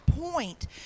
point